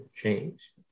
change